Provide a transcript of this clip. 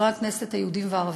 חברי הכנסת היהודים והערבים: